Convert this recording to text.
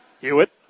Hewitt